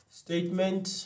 statement